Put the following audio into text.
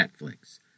Netflix